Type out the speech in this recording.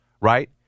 right